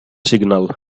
signal